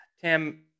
tim